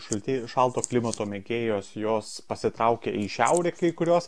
šalti šalto klimato mėgėjos jos pasitraukia į šiaurę kai kurios